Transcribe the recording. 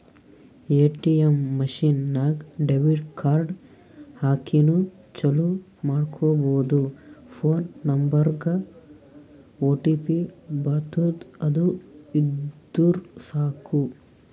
ATM machine ನಾಗ್ debit card ಹಾಕಿನೂ ಚಾಲೂ ಮಾಡ್ಕೊಬೋದು ಫೋನ್ ನಂಬರ್ಗ್ ಒಟಿಪಿ ಬರ್ತುದ್ ಅದು ಇದ್ದುರ್ ಸಾಕು